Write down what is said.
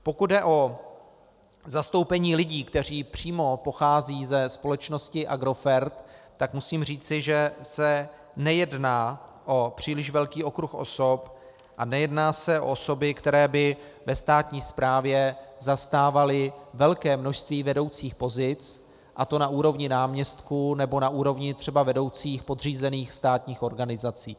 Pokud jde o zastoupení lidí, kteří přímo pocházejí ze společnosti Agrofert, tak musím říci, že se nejedná o příliš velký okruh osob a nejedná se o osoby, které by ve státní správě zastávaly velké množství vedoucích pozic, a to na úrovni náměstků nebo třeba na úrovni vedoucích podřízených státních organizací.